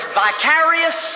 vicarious